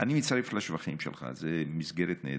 מצטרף לשבחים שלך, זאת מסגרת נהדרת.